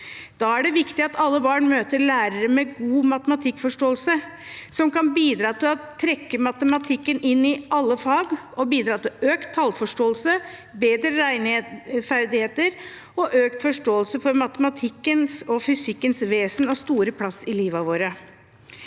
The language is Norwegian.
Da er det viktig at alle barn møter lærere med god matematikkforståelse, som kan bidra til å trekke matematikken inn i alle fag, bidra til økt tallforståelse og bedre regneferdigheter og til økt forståelse for matematikkens og fysikkens vesen og store plass i livet vårt.